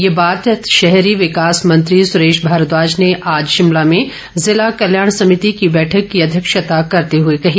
ये बात शहरी विकास मंत्री सुरेश भारद्वाज ने आज शिमलो में जिला कल्याण समिति की बैठक की अध्यक्षता करते हुए कही